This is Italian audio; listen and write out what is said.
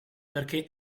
perché